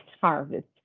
harvest